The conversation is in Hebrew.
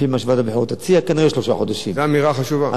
אז על פניו זה דבר מתבקש.